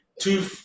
two